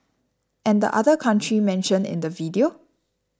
and the other country mentioned in the video